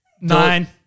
nine